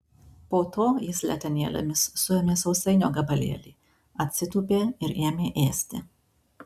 po to jis letenėlėmis suėmė sausainio gabalėlį atsitūpė ir ėmė ėsti